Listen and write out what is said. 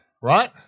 right